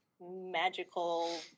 magical